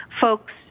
folks